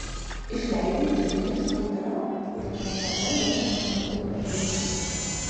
išleidai džiną iš butelio ir niekada jo ten nebesugrąžinsi